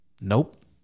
Nope